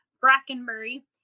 Brackenbury